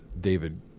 David